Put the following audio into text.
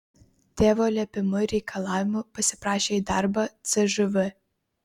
tėvo liepimu ir reikalavimu pasiprašė į darbą cžv